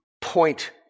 point